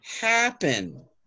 happen